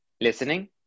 listening